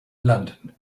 london